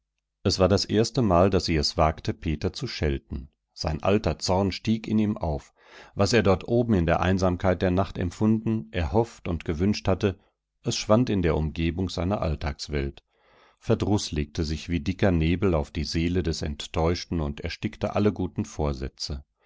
es war das erstemal daß sie es wagte peter zu schelten sein alter zorn stieg in ihm auf was er dort oben in der einsamkeit der nacht empfunden erhofft und gewünscht hatte es schwand in der umgebung seiner alltagswelt verdruß legte sich wie dicker nebel auf die seele des enttäuschten und erstickte alle guten vorsätze